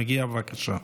בבקשה.